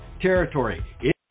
territory